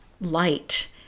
light